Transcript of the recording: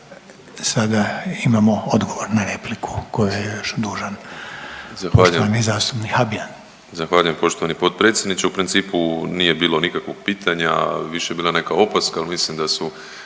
Sada imamo odgovor na repliku koju je dužan poštovani .../Upadica: